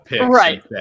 Right